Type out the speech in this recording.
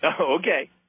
okay